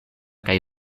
kaj